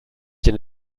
den